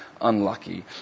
unlucky